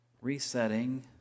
resetting